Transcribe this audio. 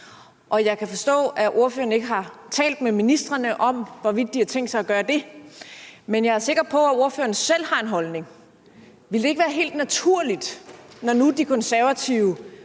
og jeg kan forstå, at ordføreren ikke har talt med ministrene om, hvorvidt de har tænkt sig at gøre det. Men jeg er sikker på, at ordføreren selv har en holdning. Ville det ikke være helt naturligt, når nu De Konservative